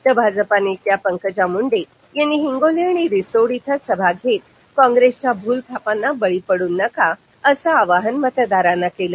तर भाजपा नेत्या पंकजा मुंडे यांनी हिंगोली आणि रिसोड इथं सभा घेत काँप्रेसच्या भूल थापांना बळी पडू नका असं आवाहन मतदारांना केलं